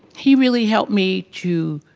he really helped me to.